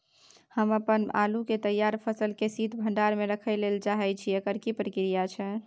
हम अपन आलू के तैयार फसल के शीत भंडार में रखै लेल चाहे छी, एकर की प्रक्रिया छै?